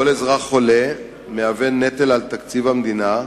כל אזרח חולה מהווה נטל על תקציב המדינה,